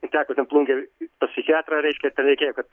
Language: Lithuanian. teko ten plungėj pas psichiatrą reiškia ten reikėjo kad